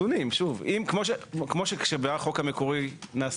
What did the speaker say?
מקור ההבחנה היה בנתונים שמצביעים על זה